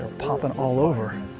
popping all over. a